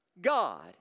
God